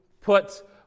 put